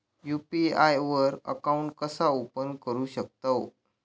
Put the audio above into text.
UPI वर account कसा open करू शकतव?